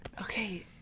Okay